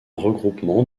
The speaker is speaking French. regroupement